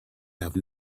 have